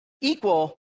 equal